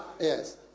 Yes